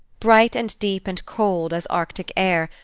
bright and deep and cold as arctic air,